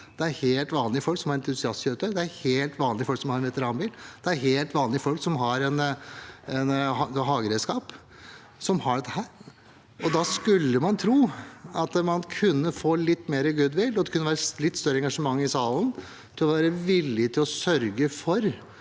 det er helt vanlige folk som har entusiastkjøretøy, det er helt vanlige folk som har en veteranbil, og det er helt vanlige folk som har et hageredskap. Da skulle man tro at man kunne få litt mer goodwill, og at det kunne være litt større engasjement i salen for å være villig til å sørge for